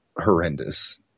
horrendous